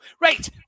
right